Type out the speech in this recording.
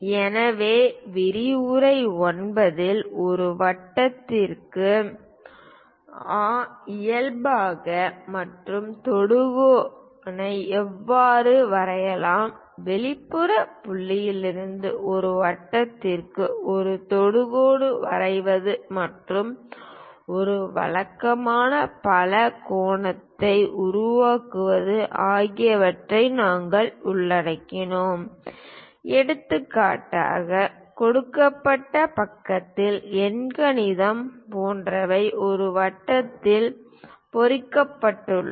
எனவே விரிவுரை 9 இல் ஒரு வட்டத்திற்கு ஆ இயல்பான மற்றும் தொடுவானை எவ்வாறு வரையலாம் வெளிப்புற புள்ளியிலிருந்து ஒரு வட்டத்திற்கு ஒரு தொடுகோடு வரைவது மற்றும் ஒரு வழக்கமான பலகோணத்தை உருவாக்குவது ஆகியவற்றை நாங்கள் உள்ளடக்கியுள்ளோம் எடுத்துக்காட்டாக கொடுக்கப்பட்ட பக்கத்தின் எண்கோணம் போன்றவை ஒரு வட்டத்தில் பொறிக்கப்பட்டுள்ளன